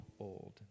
old